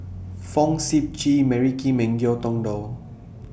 Fong Sip Chee Mary Kim and Ngiam Tong Dow